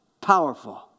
Powerful